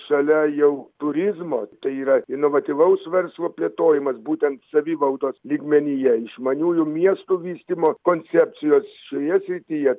šalia jau turizmo tai yra inovatyvaus verslo plėtojimas būten savivaldos lygmenyje išmaniųjų miestų vystymo koncepcijos šioje srityje